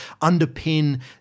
underpin